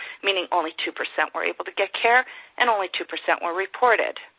meaning only two percent were able to get care and only two percent were reported.